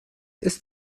ist